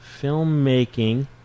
filmmaking